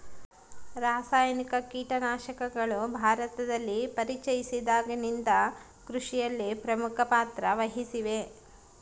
ರಾಸಾಯನಿಕ ಕೇಟನಾಶಕಗಳು ಭಾರತದಲ್ಲಿ ಪರಿಚಯಿಸಿದಾಗಿನಿಂದ ಕೃಷಿಯಲ್ಲಿ ಪ್ರಮುಖ ಪಾತ್ರ ವಹಿಸಿವೆ